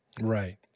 Right